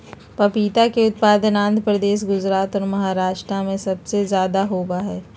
पपीता के उत्पादन आंध्र प्रदेश, गुजरात और महाराष्ट्र में सबसे ज्यादा होबा हई